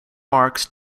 marks